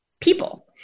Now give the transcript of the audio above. people